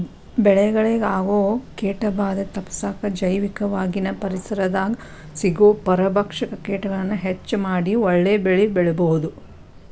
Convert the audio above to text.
ಬೆಳೆಗಳಿಗೆ ಆಗೋ ಕೇಟಭಾದೆ ತಪ್ಪಸಾಕ ಜೈವಿಕವಾಗಿನ ಪರಿಸರದಾಗ ಸಿಗೋ ಪರಭಕ್ಷಕ ಕೇಟಗಳನ್ನ ಹೆಚ್ಚ ಮಾಡಿ ಒಳ್ಳೆ ಬೆಳೆಬೆಳಿಬೊದು